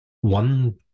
One